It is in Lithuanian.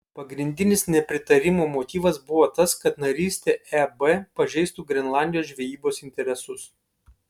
pagrindinis nepritarimo motyvas buvo tas kad narystė eb pažeistų grenlandijos žvejybos interesus